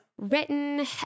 written